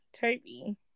Toby